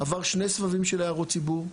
עבר שני סבבים של הערות ציבור.